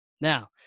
Now